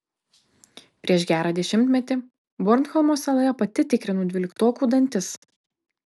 prieš gerą dešimtmetį bornholmo saloje pati tikrinau dvyliktokų dantis